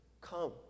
come